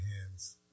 hands